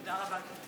תודה רבה.